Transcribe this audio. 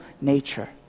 nature